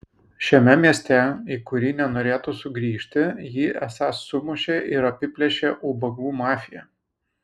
šiame mieste į kurį nenorėtų sugrįžti jį esą sumušė ir apiplėšė ubagų mafija